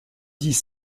dix